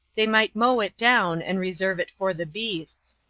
they might mow it down, and reserve it for the beasts.